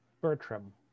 Bertram